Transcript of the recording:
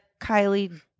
Kylie